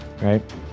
right